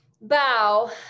bow